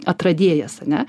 atradėjas ane